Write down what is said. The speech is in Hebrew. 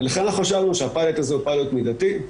ולכן אנחנו חשבנו שהפיילוט הזה הוא פיילוט מידתי,